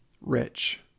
rich